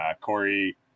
Corey